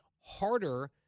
harder